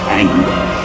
anger